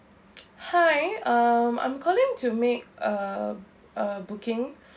hi um I'm calling to make a a booking